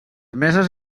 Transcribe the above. meses